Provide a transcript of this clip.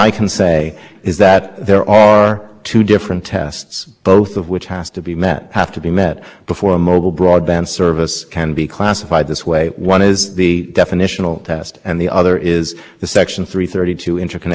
different standards to mobile and to fix so for example the two thousand and ten internet order that was reviewed and arisan the rules were different between fixed and mobile and i suppose your other scenario could come up there as well and unlike some of the things we've been discussing